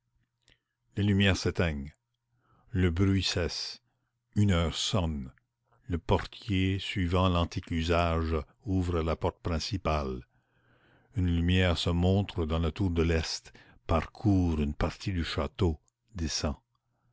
les lumières s'éteignent le bruit cesse une heure sonne le portier suivant l'antique usage ouvre la porte principale une lumière se montre dans la tour de l'est parcourt une partie du château descend